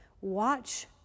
Watch